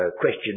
question